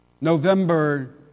November